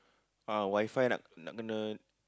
ah Wi-Fi nak nak kena